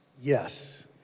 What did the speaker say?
Yes